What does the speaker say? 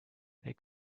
they